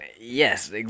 yes